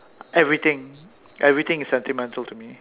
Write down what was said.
everything everything is sentimental to me